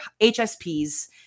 HSPs